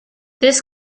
this